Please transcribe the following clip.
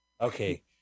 Okay